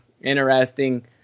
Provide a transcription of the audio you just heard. interesting